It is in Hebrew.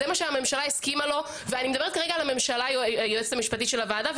זה מה שהממשלה הסכימה לו היועצת המשפטית של הוועדה,